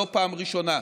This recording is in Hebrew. ולא פעם ראשונה.